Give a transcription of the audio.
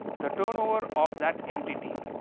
the turnover of that entity